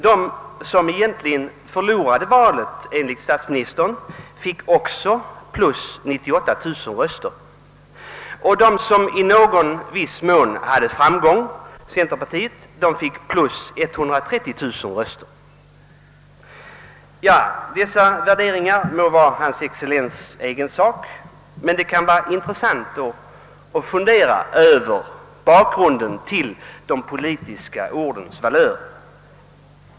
De som egentligen förlorade valet, enligt statsministern, fick också 98 000 nya röster, och de som i någon viss mån hade framgång, centerpartiet, fick 130 000 nya röster. Dessa värderingar må vara hans excellens statsministerns egna, men det kan vara intressant att fundera över bakgrunden till de politiska ordens valör.